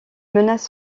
menaces